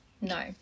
No